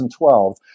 2012